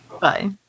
Bye